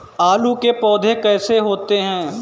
आलू के पौधे कैसे होते हैं?